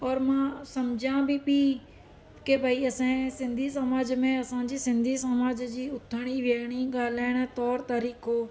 और मां सम्झां बि पई कि भाई असांजे सिंधी समाज में असांजे सिंधी समाज जी उथड़ी वेहड़ी ॻाल्हाइणु तौरु तरीक़ो